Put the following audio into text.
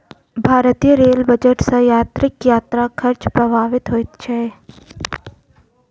भारतीय rail budget सॅ यात्रीक यात्रा खर्च प्रभावित होइत छै